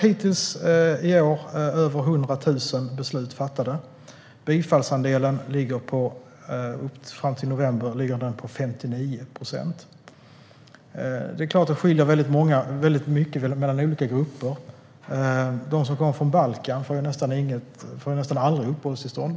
Hittills i år har över 100 000 beslut fattade, och bifallsandelen fram till november ligger på 59 procent. Det är klart att det skiljer väldigt mycket mellan olika grupper. De som kommer från Balkan får nästan aldrig uppehållstillstånd.